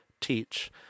teach